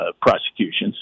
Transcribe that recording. prosecutions